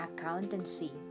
accountancy